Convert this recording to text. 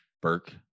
burke